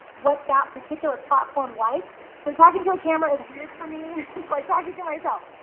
what that particular platform likes. so talking to a camera is weird for me. it's like talking to myself,